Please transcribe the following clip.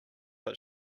but